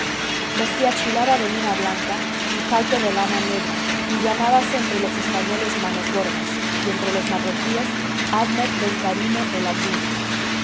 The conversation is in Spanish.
vestía chilava de lana blanca y jaique de lana negra y llamábase entre los españoles manos gordas y entre los marroquíes admet ben carime el abdoun